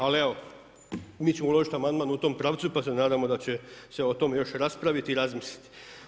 Ali evo, mi ćemo uložiti amandman u tom pravcu pa se nadamo da će se o tome još raspraviti i razmisliti.